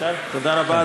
תודה רבה,